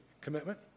commitment